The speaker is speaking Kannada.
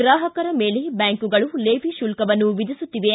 ಗ್ರಾಪಕರ ಮೇಲೆ ಬ್ಯಾಂಕುಗಳು ಲೆವಿ ಶುಲ್ತವನ್ನು ವಿಧಿಸುತ್ತಿವೆ